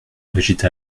brigitte